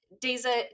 Daisy